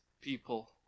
people